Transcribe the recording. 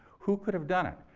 who could have done it?